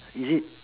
is it